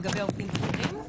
לגבי עובדים בכירים.